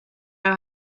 know